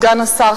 סגן השר,